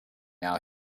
now